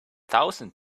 thousand